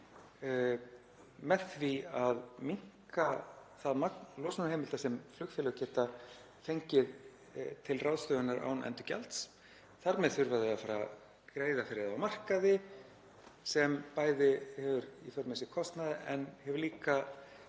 með því að minnka það magn losunarheimilda sem flugfélög geta fengið til ráðstöfunar án endurgjalds. Þar með þurfa þau að fara að greiða fyrir þær á markaði sem bæði hefur í för með sér kostnað en hefur líka